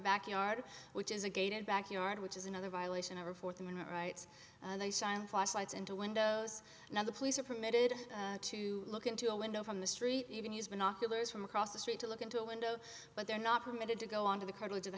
backyard which is a gated backyard which is another violation of her fourth amendment rights they sign flashlights into windows now the police are permitted to look into a window from the street even use binoculars from across the street to look into a window but they're not permitted to go onto the cartilage of the